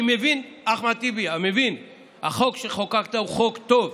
אני מבין, אחמד טיבי, שהחוק שחוקקת הוא חוק טוב,